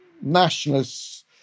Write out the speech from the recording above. nationalists